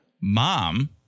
Mom